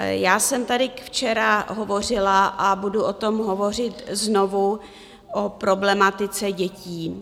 Já jsem tady včera hovořila a budu o tom hovořit znovu, a to o problematice dětí.